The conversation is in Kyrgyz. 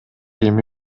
эми